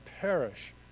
perish